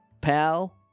pal